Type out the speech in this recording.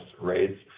rates